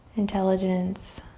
intelligence,